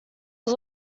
was